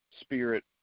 spirit